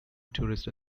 tourist